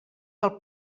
del